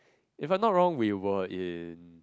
if I'm not wrong we were in